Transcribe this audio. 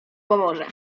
pomoże